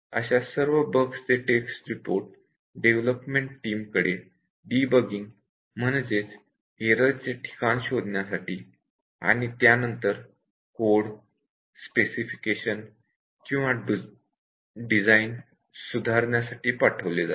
अशा सर्व बग्सचे टेस्ट रिपोर्ट डेवलपमेंट टीम कडे डिबगिंग म्हणजेच एररचे ठिकाण शोधण्यासाठी आणि त्यानंतर कोड स्पेसिफिकेशन किंवा डिझाईन सुधारण्यासाठी पाठवले जातात